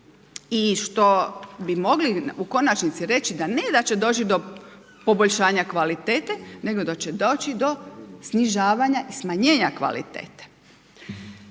I što bi mogli u konačnici reći da ne da će doći do poboljšanja kvalitete, nego da će doći do snižavanja i smanjenja kvalitete.